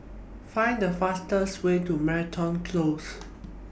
Find The fastest Way to Moreton Close